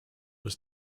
was